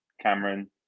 Cameron